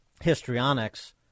histrionics